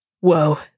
whoa